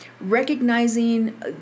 recognizing